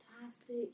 fantastic